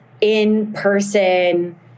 in-person